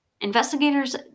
investigators